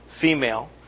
female